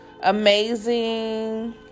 Amazing